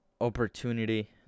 opportunity